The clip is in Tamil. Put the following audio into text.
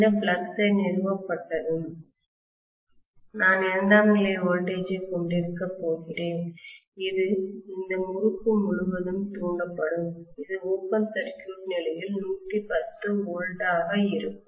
இந்த ஃப்ளக்ஸ் நிறுவப்பட்டதும் நான் இரண்டாம் நிலை வோல்டேஜ் ஐக் கொண்டிருக்கப் போகிறேன் இது இந்த முறுக்கு முழுவதும் தூண்டப்படும் இதுஓபன் சர்க்யூட் நிலையில் 110 V ஆக இருக்கும்